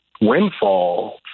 windfall